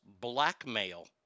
blackmail